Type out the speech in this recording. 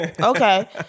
Okay